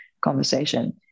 conversation